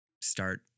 start